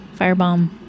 Firebomb